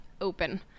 open